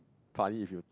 funny if you